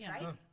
right